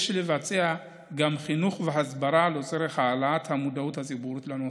יש לבצע גם חינוך והסברה לצורך העלאת המודעות הציבורית לנושא.